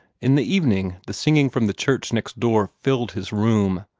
in the evening the singing from the church next door filled his room.